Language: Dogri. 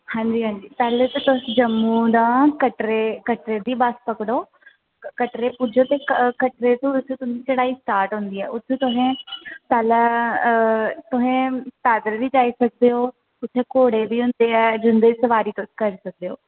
हां जी हां जी पैह्ले ते तुस जम्मू दा कटरे कटरे दी बस पकड़ो कटरे पुज्जो ते क कटरे चा उत्थें चढ़ाई स्टार्ट होंदी ऐ उत्थें तुसें पैह्लें तुसें पैदल बी जाई सकदे ओ उत्थें घोड़े बी होंदे ऐं जिंदी सवारी तुस करी सकदे ओ